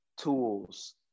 tools